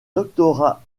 doctorat